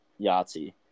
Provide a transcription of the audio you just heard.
Yahtzee